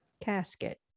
casket